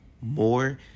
More